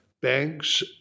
banks